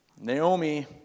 Naomi